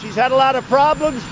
she's had a lot of problems.